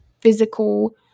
physical